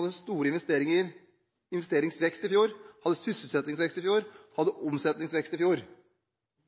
hadde stor investeringsvekst i fjor, som hadde sysselsettingsvekst i fjor, og som hadde